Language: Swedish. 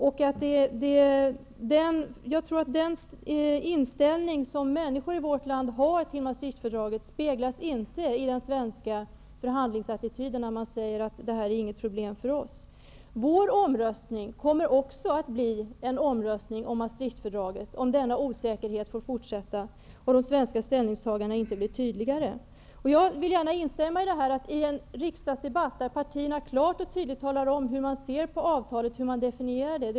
Jag tror inte att den inställning som människor i vårt land har till Maastrichtfördraget speglas i den svenska förhandlingsattityden, när man säger att det inte är några problem för oss. Vår omröstning kommer också att bli en omröstning om Maastrichtfördraget, om denna osäkerhet får fortsätta och de svenska ställningstagandena inte blir tydligare. Jag vill gärna instämma i att det vore mycket värdefullt för den fortsatta diskussionen med en riksdagsdebatt där partierna klart och tydligt talar om hur man ser på avtalet och definierar det.